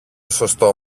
σωστό